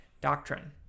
doctrine